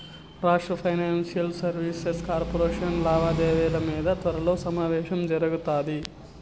రాష్ట్ర financial services corporation లావాదేవిల మింద త్వరలో సమావేశం జరగతాది